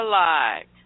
Alive